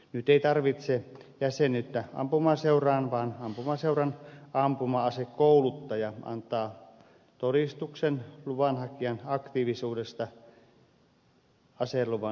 nyt ei tarvita ampumaseuran jäsenyyttä vaan ampumaseuran ampuma asekouluttaja antaa todistuksen luvanhakijan harrastuksen aktiivisuudesta aseluvan myöntämistä varten